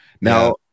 now